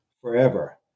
forever